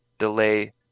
delay